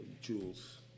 jewels